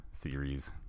theories